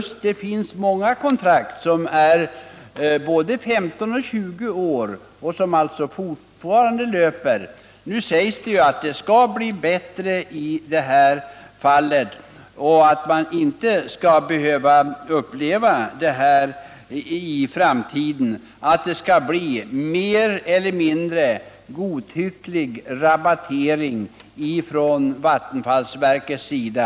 Men det finns många kontrakt med en löptid på 15 eller 20 år, vilka fortsätter att gälla. Nu sägs det att det skall bli bättre i det här avseendet, så att man i framtiden slipper uppleva att det blir en mer eller mindre godtycklig Nr 35 rabattering från vattenfallsverkets sida.